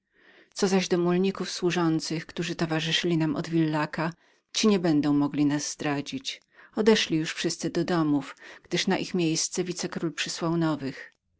co zaś do mulników i służących którzy towarzyszyli nam od villaca ci nie będą mogli nas zdradzić odeszli już wszyscy do domów gdyż na ich miejsce wicekról przysłał nowych